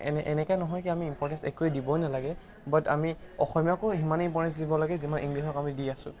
এনেকৈ নহয় কি আমি ইম্পৰ্টেঞ্চ একোৱে দিবই নালাগে বাট আমি অসমীয়াকো সিমানেই ইম্পৰ্টেঞ্চ দিব লাগে যিমান ইংলিছক আমি দি আছোঁ